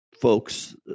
folks